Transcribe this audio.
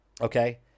Okay